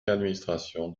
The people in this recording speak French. d’administration